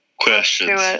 Questions